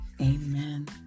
Amen